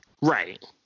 Right